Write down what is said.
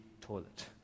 toilet